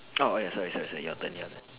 orh ya sorry sorry sorry your turn your turn